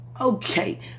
Okay